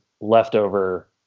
leftover